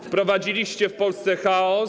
Wprowadziliście w Polsce chaos.